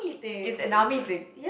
it's an army thing